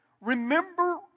Remember